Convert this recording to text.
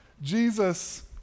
Jesus